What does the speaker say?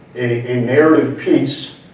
a narrative piece.